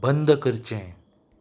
बंद करचें